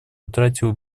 утратила